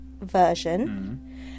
version